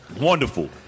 wonderful